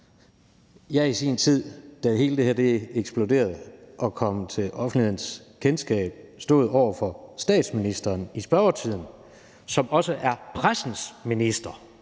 jeg i sin tid, da hele det her eksploderede og kom til offentlighedens kendskab, stod over for statsministeren, som også er pressens minister,